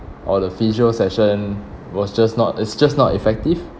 or the physio session was just not it's just not effective